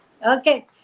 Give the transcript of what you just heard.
Okay